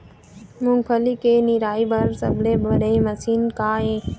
मूंगफली के निराई बर सबले बने मशीन का ये?